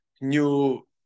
new